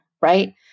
right